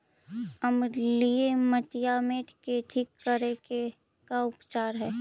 अमलिय मटियामेट के ठिक करे के का उपचार है?